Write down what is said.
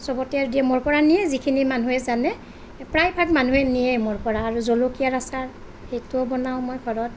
চবতে দিয়ে মোৰ পৰা নিয়ে যিখিনি মানুহে জানে প্ৰায় ভাগ মানুহে নিয়ে মোৰ পৰা আৰু জলকীয়া আচাৰ সেইটোও বনাওঁ মই ঘৰত